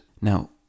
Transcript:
Now